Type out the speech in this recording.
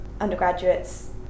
undergraduates